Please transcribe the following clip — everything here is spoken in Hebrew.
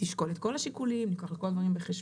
תשקול את כל השיקולים, ניקח את כל הדברים בחשבון.